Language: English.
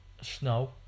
snow